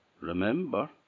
remember